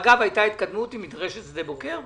אגב הייתה התקדמות עם מדרשת שדה בוקר?